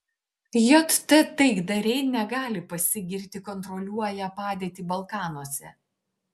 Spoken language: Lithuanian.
jt taikdariai negali pasigirti kontroliuoją padėtį balkanuose